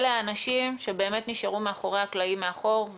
אלה האנשים שנשארו מאחורי הקלעים מאחור,